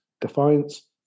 defiance